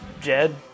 Jed